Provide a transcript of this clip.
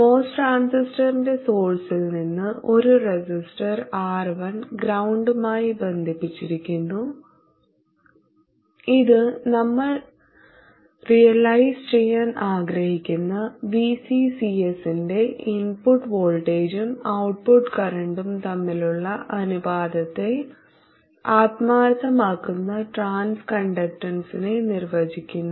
MOS ട്രാൻസിസ്റ്ററിന്റെ സോഴ്സിൽ നിന്ന് ഒരു റെസിസ്റ്റർ R1 ഗ്രൌണ്ടുമായി ബന്ധിപ്പിച്ചിരിക്കുന്നു ഇത് നമ്മൾ റിയലൈസ് ചെയ്യാൻ ആഗ്രഹിക്കുന്ന V C C S ന്റെ ഇൻപുട്ട് വോൾട്ടേജും ഔട്ട്പുട്ട് കറന്റും തമ്മിലുള്ള അനുപാതത്തെ അർത്ഥമാക്കുന്ന ട്രാൻസ് കണ്ടക്ടൻസിനെ നിർവചിക്കുന്നു